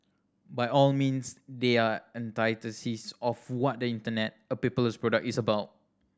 by all means they are antithesis of what the Internet a paperless product is about